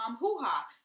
hoo-ha